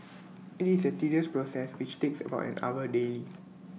IT is A tedious process which takes about an hour daily